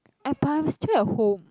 but I'm still at home